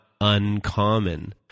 uncommon